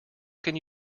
can